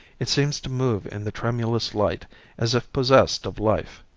it seems to move in the tremulous light as if possessed of life,